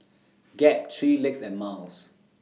Gap three Legs and Miles